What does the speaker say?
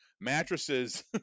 mattresses